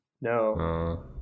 No